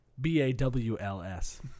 B-A-W-L-S